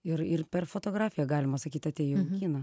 ir ir per fotografiją galima sakyt atėjau į kiną